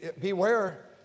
beware